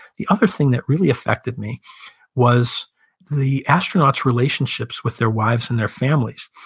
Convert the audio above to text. the other thing that really affected me was the astronauts' relationships with their wives and their families.